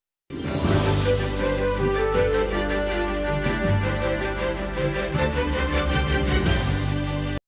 Дякую.